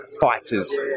fighters